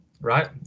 right